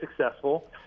successful